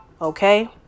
Okay